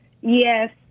yes